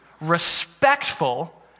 respectful